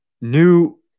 new